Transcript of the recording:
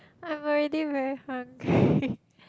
I'm already very hungry